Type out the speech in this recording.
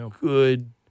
good